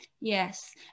Yes